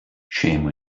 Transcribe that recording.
shame